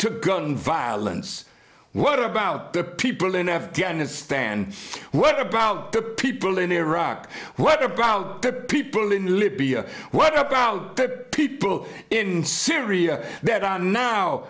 gun violence what about the people in afghanistan what about the people in iraq what about the people in libya what about the people in syria that on now